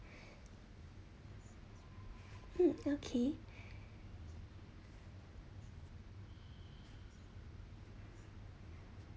mm okay